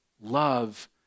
Love